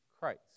Christ